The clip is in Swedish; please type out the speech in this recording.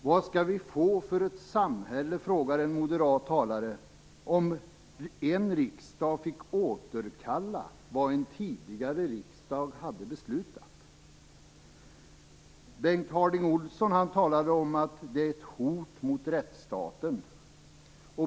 Vilket samhälle skall vi få, frågar en moderat talare, om en riksdag får återkalla vad en tidigare riksdag har beslutat? Bengt Harding Olson talade om att det är ett hot mot rättsstaten.